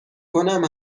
کنم